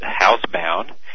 housebound